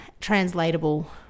translatable